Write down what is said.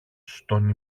στον